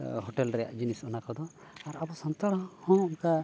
hotel ᱨᱮᱭᱟᱜ ᱡᱤᱱᱤᱥ ᱚᱱᱟ ᱠᱚᱫᱚ ᱟᱨ ᱟᱵᱚ ᱥᱟᱱᱛᱟᱲ ᱦᱚᱸ ᱚᱱᱠᱟ